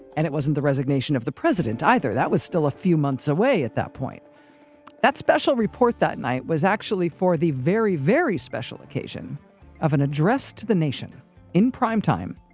and it wasn't the resignation of the president either that was still a few months away at that point that special report that night was actually for the very, very special occasion of an address to the nation in primetime!